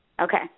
Okay